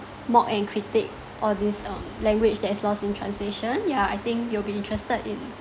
mock and critic all these um language that is lost in translation yeah I think you'll be interested in